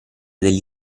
degli